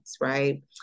right